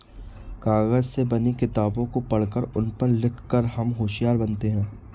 कागज से बनी किताबों को पढ़कर उन पर लिख कर हम होशियार बनते हैं